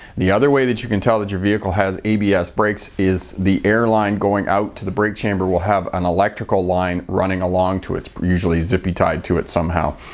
the other way that you can tell that your vehicle has abs brakes is the airline going out to the brake chamber will have an electrical line running along to it. it's usually zippy tied to it somehow,